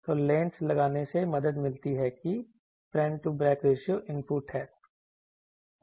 तो लेंस लगाने से मदद मिलती है कि front to back ratio input है